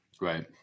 Right